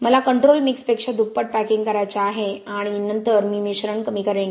मला कंट्रोल मिक्सपेक्षा दुप्पट पॅकिंग करायचे आहे आणि नंतर मी मिश्रण कमी करेन